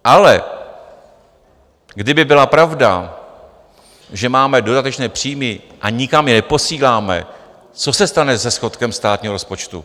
Ale kdyby byla pravda, že máme dodatečné příjmy a nikam je neposíláme, co se stane se schodkem státního rozpočtu?